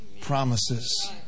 promises